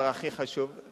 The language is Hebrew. חיים לא יתנגד.